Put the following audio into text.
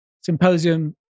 symposium